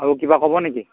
আৰু কিবা ক'ব নেকি